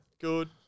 Good